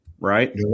right